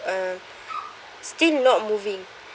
uh still no moving